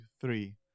three